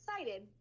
excited